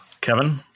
Kevin